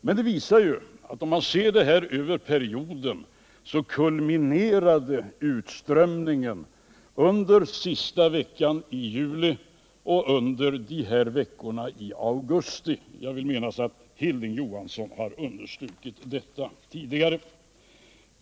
Men det visar sig att utströmningen av pengar kulminerar under sista veckan i juli och under augusti. Jag vill minnas att Hilding Johansson har understrukit detta tidigare.